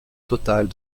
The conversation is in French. totale